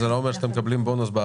זה לא אומר שאתם מקבלים בונוס.